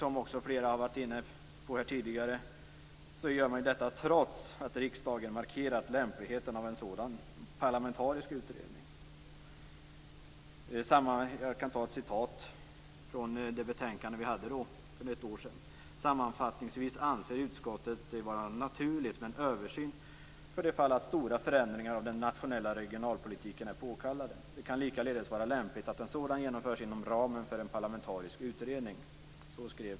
Som flera talare har varit inne på här tidigare gör regeringen detta trots att riksdagen markerat lämpligheten av en sådan parlamentarisk utredning. I förra årets betänkande stod följande: "Sammanfattningsvis anser utskottet det vara naturligt med en översyn för det fall att stora förändringar av den nationella regionalpolitiken är påkallade. Det kan likaledes vara lämpligt att en sådan genomförs inom ramen för en parlamentarisk utredning."